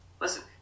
listen